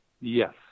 Yes